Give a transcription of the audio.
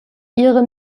ihre